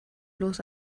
bloß